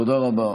תודה רבה.